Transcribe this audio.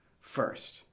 First